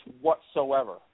whatsoever